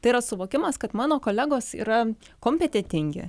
tai yra suvokimas kad mano kolegos yra kompetentingi